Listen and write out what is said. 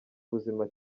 buzima